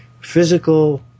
physical